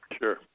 Sure